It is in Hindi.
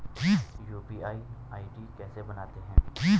यु.पी.आई आई.डी कैसे बनाते हैं?